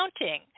accounting